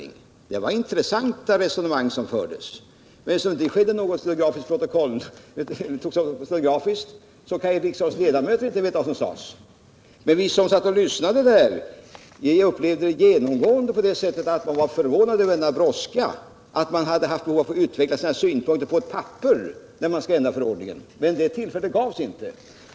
Det var intressanta resonemang som fördes. Eftersom resonemangen inte togs upp stenografiskt, kan riksdagens ledamöter inte veta vad som sades. Men vi som hade tillfälle att lyssna fick genomgående det intrycket att de som hade kallats var förvånade över denna brådska. De hade haft behov av att utveckla sina synpunkter skriftligen. Men något sådant tillfälle gavs inte.